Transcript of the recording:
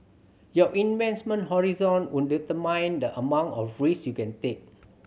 your investment horizon would determine the amount of risk you can take